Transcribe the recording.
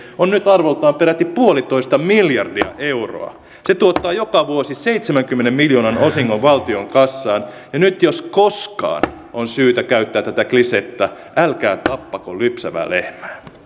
on nyt arvoltaan peräti puolitoista miljardia euroa se tuottaa joka vuosi seitsemänkymmentä miljoonan osingon valtion kassaan ja nyt jos koskaan on syytä käyttää tätä klisettä älkää tappako lypsävää lehmää